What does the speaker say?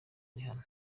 rihanna